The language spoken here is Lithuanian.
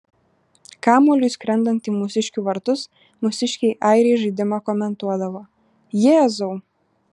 kamuoliui skrendant į mūsiškių vartus mūsiškiai airiai žaidimą komentuodavo jėzau